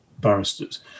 barristers